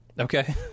Okay